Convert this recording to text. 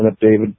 David